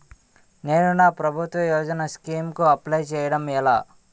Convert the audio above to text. నేను నా ప్రభుత్వ యోజన స్కీం కు అప్లై చేయడం ఎలా?